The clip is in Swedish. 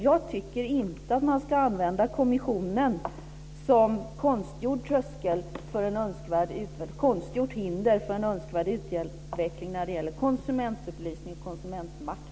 Jag tycker inte att man ska använda kommissionen som ett konstgjort hinder för en önskvärd utveckling när det gäller konsumentupplysning och konsumentmakt.